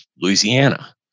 Louisiana